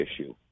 issue